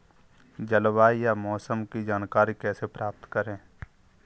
जलवायु या मौसम की जानकारी कैसे प्राप्त करें?